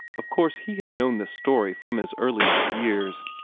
of course he had known this story from his earliest years.